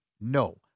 No